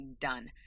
done